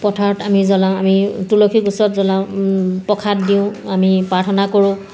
পথাৰত আমি জ্বলাওঁ আমি তুলসী গছত জ্বলাওঁ প্ৰসাদ দিওঁ আমি প্ৰাৰ্থনা কৰোঁ